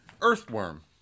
Earthworm